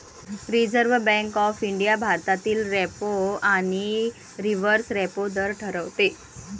reserve Bank of India भारतातील repo आणि reverse repo दर ठरवते